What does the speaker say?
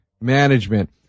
management